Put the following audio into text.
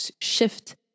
shift